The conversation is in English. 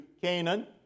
Canaan